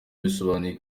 bisobanuye